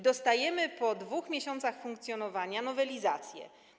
Dostajemy po 2 miesiącach funkcjonowania nowelizację.